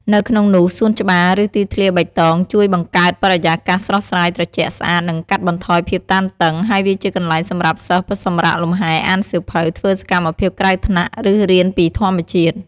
នៅក្នុងនោះសួនច្បារ ឬទីធ្លាបៃតង ជួយបង្កើតបរិយាកាសស្រស់ស្រាយ ត្រជាក់ ស្អាត និងកាត់បន្ថយភាពតានតឹង ហើយវាជាកន្លែងសម្រាប់សិស្សសម្រាកលំហែ អានសៀវភៅ ធ្វើសកម្មភាពក្រៅថ្នាក់ ឬរៀនពីធម្មជាតិ ។